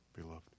beloved